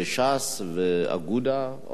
ש"ס ואגודה?